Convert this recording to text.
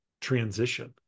transition